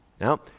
Now